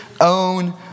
own